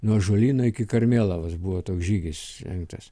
nuo ąžuolyno iki karmėlavos buvo toks žygis rengtas